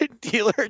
dealer